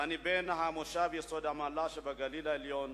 ואני בן המושב יסוד-המעלה שבגליל העליון,